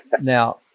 Now